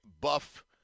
buff